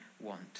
want